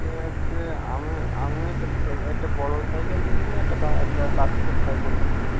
এ হচ্ছে আমি আমি একটা এ একটা বড় সাইকেল নেব একটা বাচ্চা বাচ্চাদের সাইকেল নেব